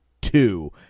two